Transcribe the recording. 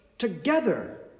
Together